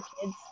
kids